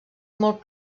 molt